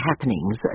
happenings